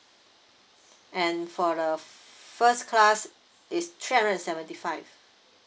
and for the first class is three hundred and seventy five